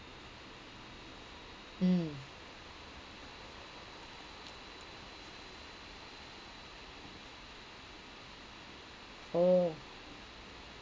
mm oh